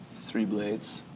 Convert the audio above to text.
three blades.